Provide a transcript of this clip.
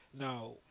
now